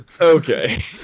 Okay